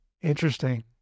Interesting